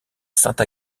sainte